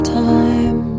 time